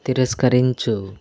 తిరస్కరించు